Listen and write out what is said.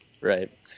Right